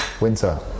winter